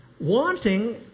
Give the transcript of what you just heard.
wanting